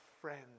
friend